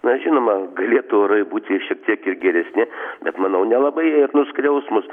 na žinoma galėtų orai būti šiek tiek ir geresni bet manau nelabai ir nuskriaus mus